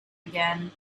again